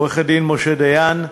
עורך-הדין משה דיין,